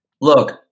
look